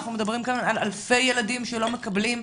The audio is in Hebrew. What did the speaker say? אנחנו מדברים כאן על אלפי ילדים שלא מקבלים מענה,